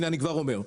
הנה אני כבר אומר.